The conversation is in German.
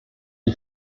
die